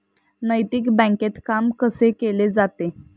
नैतिक बँकेत काम कसे केले जाते?